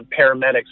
paramedics